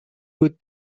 good